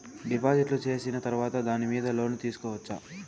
డిపాజిట్లు సేసిన తర్వాత దాని మీద లోను తీసుకోవచ్చా?